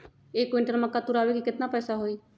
एक क्विंटल मक्का तुरावे के केतना पैसा होई?